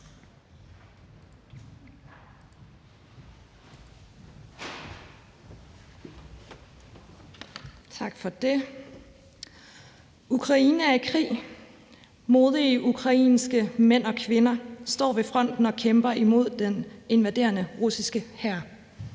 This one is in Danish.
Tak for det. Ukraine er i krig. Modige ukrainske mænd og kvinder står ved fronten og kæmper imod den invaderende russiske hær.